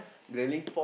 really